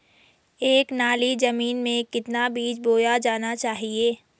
एक नाली जमीन में कितना बीज बोया जाना चाहिए?